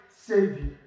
Savior